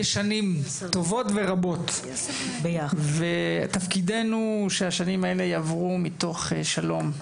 שנים טובות ורבות ותפקידנו שהשנים האלה יעברו מתוך שלום,